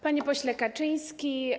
Panie Pośle Kaczyński!